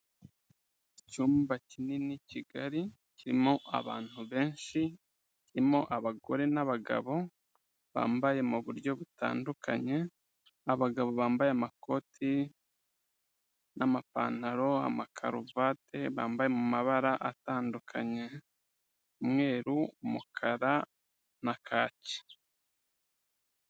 Icyumba kinini kigari, kirimo abantu benshi, kirimo abagore n'abagabo bambaye mu buryo butandukanye, abagabo bambaye amakoti n'amapantaro, amakaruvati, bambaye mu mabara atandukanye, umweru, umukara na kaki.